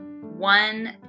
one